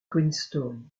queenstown